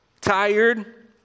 tired